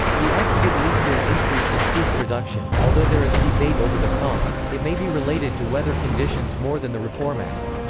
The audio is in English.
the act did lead to an increase in food production, although there is debate over the cause it may be related to weather conditions more than the reform act.